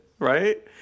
Right